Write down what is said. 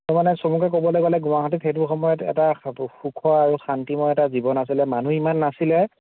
মানে চমুকৈ ক'বলৈ গ'লে গুৱাহাটীত সেইটো সময়ত এটা সুখৰ আৰু শান্তিময় এটা জীৱন আছিলে মানুহ ইমান নাছিলে